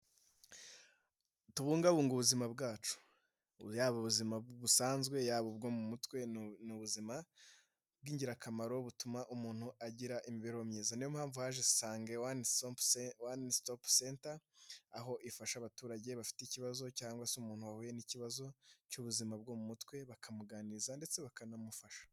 Tubungabunga ubuzima bwacu yaba ubuzima busanzwe yaba ubwo mu mutwe ni ubuzima bw'ingirakamaro butuma umuntu agira imibereho myiza niyo mpamvu haje Isange wani sitopu seta aho ifasha abaturage bafite ikibazo cyangwa se umuntu wahuye n'ikibazo cy'ubuzima bwo mu mutwe bakamuganiriza ndetse bakanamufasha.